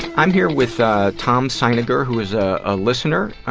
i'm here with ah tom seiniger, who is a ah listener.